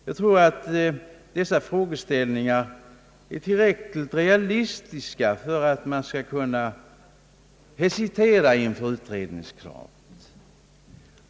Jag tror att denna frågeställning är tillräckligt realistisk för att man skall hesitera inför utredningskravet.